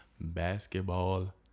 Basketball